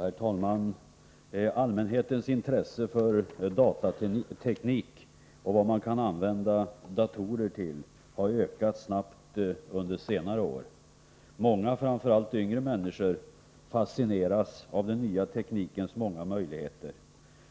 Herr talman! Allmänhetens intresse för datateknik och vad man kan använda datorer till har ökat snabbt under senare år. Många, framför allt unga människor, fascineras av den nya teknikens många möjligheter.